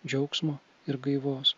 džiaugsmo ir gaivos